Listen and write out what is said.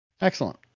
Excellent